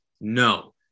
no